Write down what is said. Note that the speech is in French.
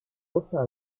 aucun